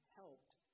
helped